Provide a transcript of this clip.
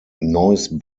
noise